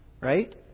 Right